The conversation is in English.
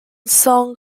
song